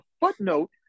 footnote